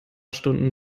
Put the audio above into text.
stunden